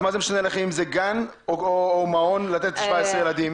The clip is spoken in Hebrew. אז מה זה משנה לך אם זה גן או מעון לתת 17 ילדים?